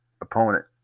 opponent